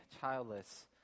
childless